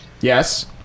Yes